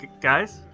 Guys